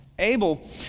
Abel